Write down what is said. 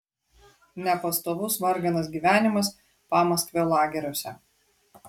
nepastovus varganas gyvenimas pamaskvio lageriuose